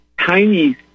tiny